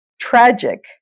tragic